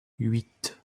huit